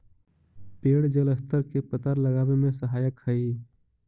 पेड़ जलस्तर के पता लगावे में सहायक हई